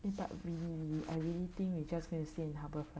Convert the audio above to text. eh but really I really think we just gonna stay in Harbourfront